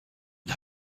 une